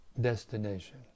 destination